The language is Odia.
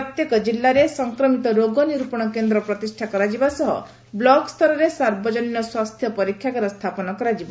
ପ୍ରତ୍ୟେକ ଜିଲ୍ଲାରେ ସଂକ୍ରମିତ ରୋଗ ନିରୂପଣ କେନ୍ଦ୍ର ପ୍ରତିଷା କରାଯିବା ସହ ବ୍ଲକସ୍ତରରେ ସାର୍ବଜନୀନ ସ୍ୱାସ୍ସ୍ୟ ପରୀକ୍ଷାଗାର ସ୍ରାପନ କରାଯିବ